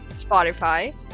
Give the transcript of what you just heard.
Spotify